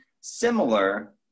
similar